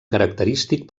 característic